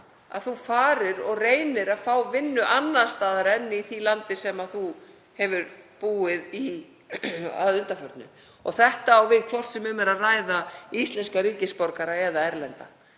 maður fari og reyni að fá vinnu annars staðar en í því landi sem maður hefur búið að undanförnu. Og þetta á við hvort sem um er að ræða íslenska ríkisborgara eða erlenda.